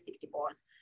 divorce